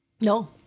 No